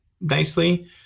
nicely